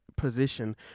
position